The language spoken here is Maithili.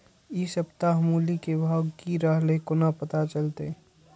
इ सप्ताह मूली के भाव की रहले कोना पता चलते?